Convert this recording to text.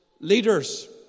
leaders